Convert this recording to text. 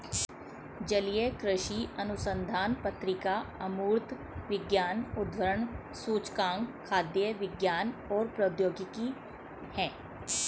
जलीय कृषि अनुसंधान पत्रिका अमूर्त विज्ञान उद्धरण सूचकांक खाद्य विज्ञान और प्रौद्योगिकी है